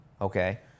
okay